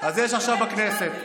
השופט עמית, בבית המשפט העליון,